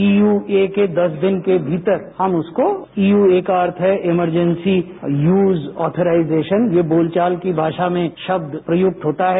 ईयूके के दस दिन के भीतर हम उसकों यू ए का अर्थ है इमरजैंसी यूज आथोराइजेशन ये बोलचाल की भाषा में शब्द प्रयुक्त होता है